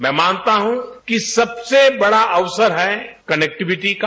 मैं मानता हूं कि सबसे बड़ा अवसर है कनेक्टिविटी का